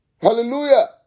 hallelujah